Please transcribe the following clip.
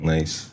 Nice